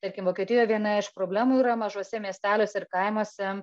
tarkim vokietijoj viena iš problemų yra mažuose miesteliuose ir kaimuose